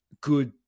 good